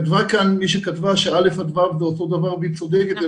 כתבה כאן מי שכתבה שא'-ו' זה אותו דבר והיא צודקת,